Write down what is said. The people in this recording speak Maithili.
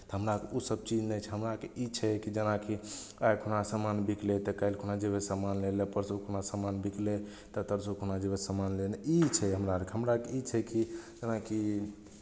हमरा ओसभ चीज नहि छै हमरा आरकेँ ई छै कि जेना कि आइ इतना सामान बिकलै तऽ काल्हि खुना जेबै सामान लै लए परसू खुना सामान बिकलै तऽ तरसू खुना जेबै सामान लै लए ई छै हमरा आरकेँ हमरा आरकेँ ई छै कि जेनाकि